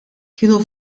kienu